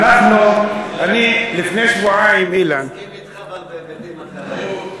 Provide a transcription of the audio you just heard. הוא מסכים אתך, אבל בהיבטים אחרים.